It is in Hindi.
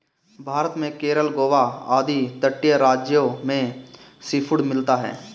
भारत में केरल गोवा आदि तटीय राज्यों में सीफूड मिलता है